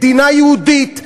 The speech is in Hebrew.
מדינה יהודית,